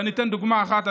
ואני אתן דוגמה אחת,